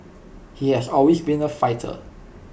he has always been A fighter